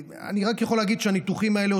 אני רק יכול להגיד שהניתוחים האלה,